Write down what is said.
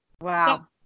Wow